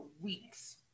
weeks